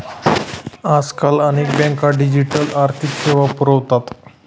आजकाल अनेक बँका डिजिटल आर्थिक सेवा पुरवतात